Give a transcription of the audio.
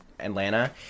Atlanta